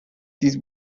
these